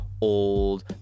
old